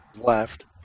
left